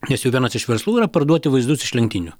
nes jų vienas iš verslų yra parduoti vaizdus iš lenktynių